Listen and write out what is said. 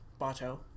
Bato